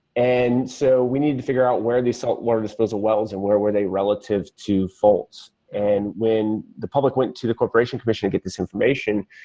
and so we need to figure out where these saltwater disposal wells and where were they relative to faults. and when the public went to the corporation commission and get this information,